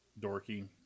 dorky